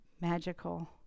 magical